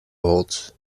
holds